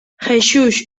jexux